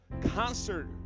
concert